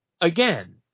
again